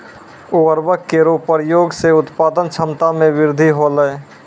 उर्वरक केरो प्रयोग सें उत्पादन क्षमता मे वृद्धि होलय